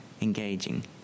engaging